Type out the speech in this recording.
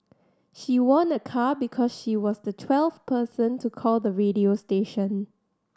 she won a car because she was the twelfth person to call the radio station